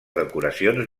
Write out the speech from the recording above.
decoracions